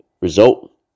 result